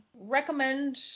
Recommend